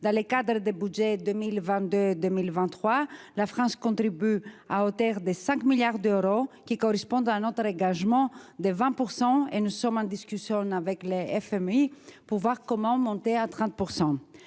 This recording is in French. Dans le cadre du budget 2022-2023, la France y contribue à hauteur de 5 milliards d'euros, ce qui correspond à notre engagement de 20 %, et nous sommes en discussion avec le FMI pour voir comment nous